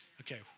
Okay